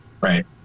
right